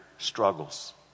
struggles